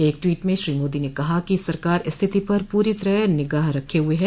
एक टवीट में श्री मोदी ने कहा कि सरकार स्थिति पर पूरी तरह निगाह रखे हुए है